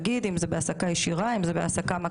בעלויות העסקה,